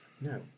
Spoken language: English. No